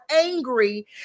angry